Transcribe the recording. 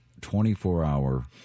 24-hour